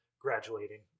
graduating